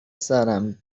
سرم